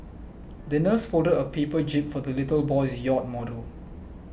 the nurse folded a paper jib for the little boy's yacht model